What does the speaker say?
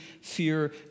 fear